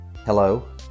Hello